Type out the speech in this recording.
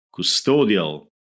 custodial